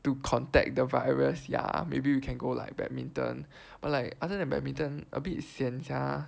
to contact the virus ya maybe we can go like badminton but like other than badminton a bit sian sia